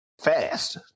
fast